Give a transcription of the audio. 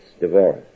divorce